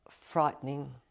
frightening